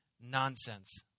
nonsense